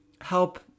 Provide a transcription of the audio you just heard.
help